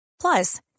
Plus